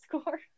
score